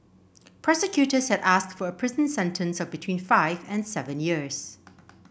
prosecutors had asked for a prison sentence of between five and seven years